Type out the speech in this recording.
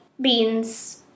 beans